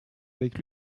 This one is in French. avec